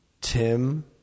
Tim